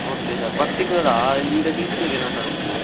okay sir பர்ட்டிக்குலராக இந்த சீசனுக்கு என்ன சார் கொடுக்கணும்